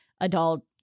adult